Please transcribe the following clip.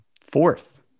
fourth